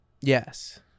Yes